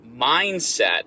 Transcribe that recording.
mindset